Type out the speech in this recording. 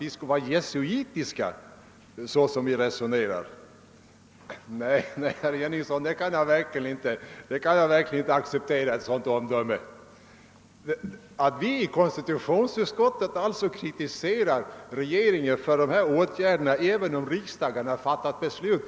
Men, jag kan verkligen inte acceptera omdömet att vi skulle vara jesuitiska i vårt resonemang därför att vi i konstitutionsutskottet kritiserar regeringen för dessa åtgärder, även om riksdagen fattat beslut.